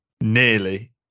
nearly